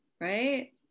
right